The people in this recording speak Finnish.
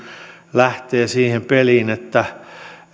lähtee siihen peliin että